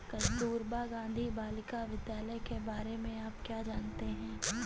कस्तूरबा गांधी बालिका विद्यालय के बारे में आप क्या जानते हैं?